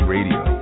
Radio